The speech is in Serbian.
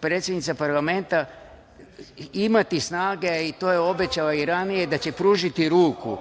predsednica parlamenta imati snage, a to je obećala i ranije, da će pružiti ruku,